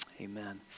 amen